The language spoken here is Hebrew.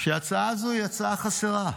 שההצעה הזו יצאה חסרה.